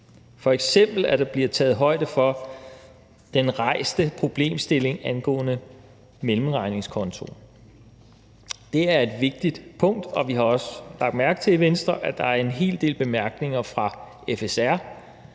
f.eks. at der bliver taget højde for den rejste problemstilling angående mellemregningskontoen. Det er et vigtigt punkt, og vi har også lagt mærke til i Venstre, at der er en hel del bemærkninger fra FSR.